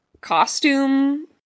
costume-